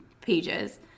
pages